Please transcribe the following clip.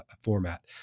format